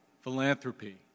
Philanthropy